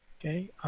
Okay